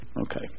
Okay